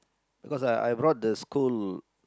because I I brought the school